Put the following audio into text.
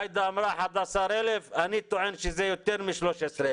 עאידה אמרה 11,000. אני טוען שזה יותר מ-13,000